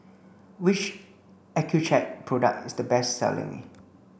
which Accucheck product is the best selling